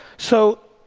so,